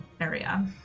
area